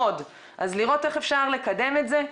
אז לראות איך אפשר לקדם את זה.